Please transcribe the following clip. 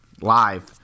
live